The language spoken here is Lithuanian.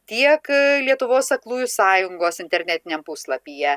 tiek lietuvos aklųjų sąjungos internetiniam puslapyje